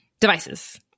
devices